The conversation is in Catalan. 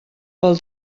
pel